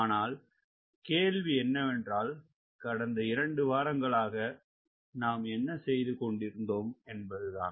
அனால் கேள்வி என்னவென்றால் கடந்த இரண்டு வாரங்களாக நாம் என்ன செய்துகொண்டிருந்தோம் என்பதுதான்